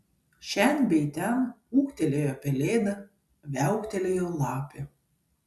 šen bei ten ūktelėjo pelėda viauktelėjo lapė